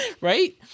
Right